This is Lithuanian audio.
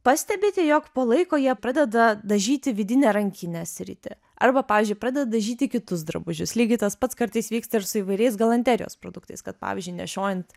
pastebite jog po laiko jie pradeda dažyti vidinę rankinės sritį arba pavyzdžiui pradeda dažyti kitus drabužius lygiai tas pats kartais vyksta ir su įvairiais galanterijos produktais kad pavyzdžiui nešiojant